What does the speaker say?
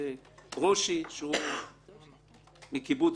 ברושי, שהוא מקיבוץ גבת.